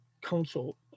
council